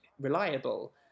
reliable